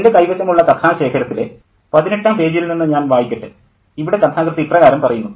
എൻ്റെ കൈവശമുള്ള കഥാശേഖരത്തിലെ 18 ാം പേജിൽ നിന്ന് ഞാൻ വായിക്കട്ടെ ഇവിടെ കഥാകൃത്ത് ഇപ്രകാരം പറയുന്നു